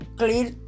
clear